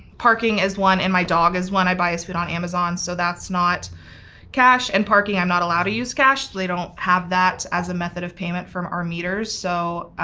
parking is one, and my dog is one, i buy his food on amazon, so that's not cash. and parking i'm not allowed to use cash, they don't have that as a method of payment from our meters. so